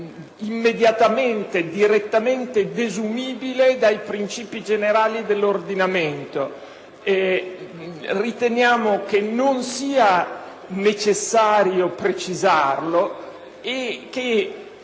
immediatamente e direttamente desumibile dai princìpi generali dell'ordinamento; riteniamo non sia necessario precisarlo. In